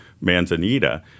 Manzanita